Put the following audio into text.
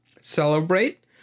celebrate